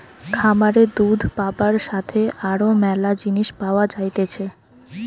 খামারে দুধ পাবার সাথে আরো ম্যালা জিনিস পাওয়া যাইতেছে